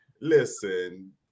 Listen